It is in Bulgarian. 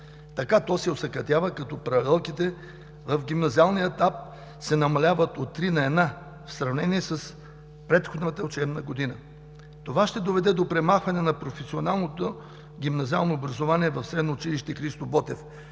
Така то се осакатява, като паралелките в гимназиалния етап се намаляват от три на една в сравнение с предходната учебна година. Това ще доведе до премахване на професионалното гимназиално образование в Средно училище „Христо Ботев“